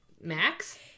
Max